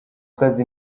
kazi